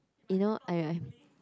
you know I I